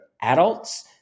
adults